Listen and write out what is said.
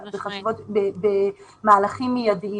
במהלכים מיידים.